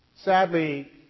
Sadly